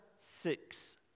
six